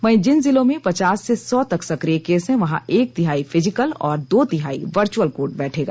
वहीं जिन जिलों में पचास से सौ तक सक्रिय केस हैं वहां एक तिहाई फिजिकल और दो तिहाई वर्चुअल कोर्ट बैठेगा